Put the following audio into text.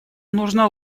нужно